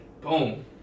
Boom